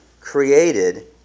created